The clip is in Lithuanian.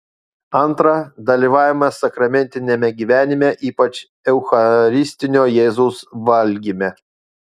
antra dalyvavimas sakramentiniame gyvenime ypač eucharistinio jėzaus valgyme